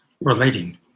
relating